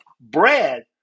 bread